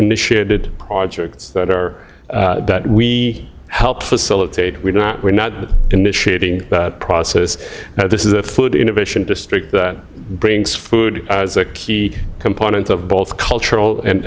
initiated projects that are that we helped facilitate we not we're not initiating that process now this is a food innovation district that brings food as a key component of both cultural and